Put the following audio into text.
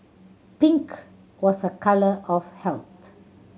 pink was a colour of health